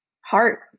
Heart